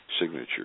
signature